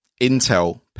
Intel